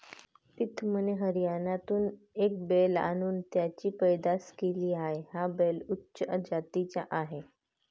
प्रीतमने हरियाणातून एक बैल आणून त्याची पैदास केली आहे, हा बैल उच्च जातीचा आहे